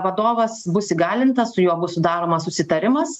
vadovas bus įgalintas su juo bus sudaromas susitarimas